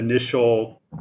initial